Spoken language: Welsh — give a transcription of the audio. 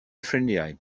ffrindiau